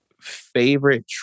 favorite